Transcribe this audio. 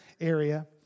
area